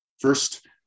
first